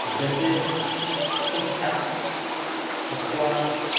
جیسے push apps squads